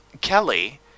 Kelly